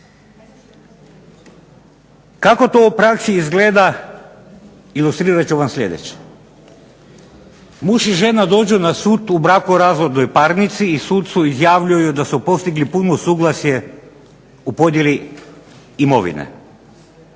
Kako to u praksi izgleda, ilustrirat ću vam sljedeće. Muž i žena dođu na sud u brakorazvodnoj parnici i sucu izjavljuju da su postigli puno suglasje u podjeli imovine,